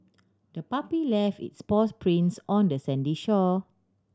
the puppy left its paws prints on the sandy shore